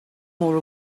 more